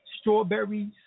strawberries